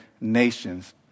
nations